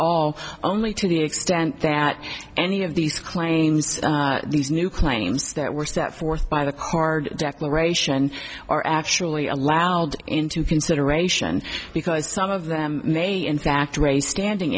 all only to the extent that any of these claims these new claims that were set forth by the card declaration are actually allowed into consideration because some of them may in fact raise standing